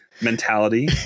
mentality